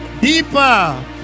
deeper